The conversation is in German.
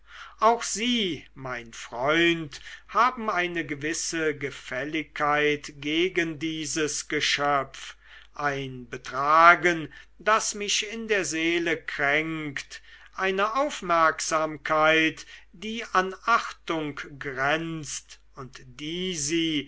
auch sie mein freund haben eine gewisse gefälligkeit gegen dieses geschöpf ein betragen das mich in der seele kränkt eine aufmerksamkeit die an achtung grenzt und die